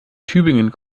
tübingen